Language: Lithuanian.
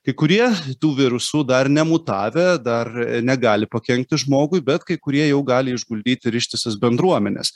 kai kurie tų virusų dar nemutavę dar negali pakenkti žmogui bet kai kurie jau gali išguldyti ir ištisas bendruomenes